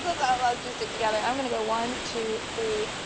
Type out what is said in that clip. us outlaws do stick together. i'm gonna go one, two, three,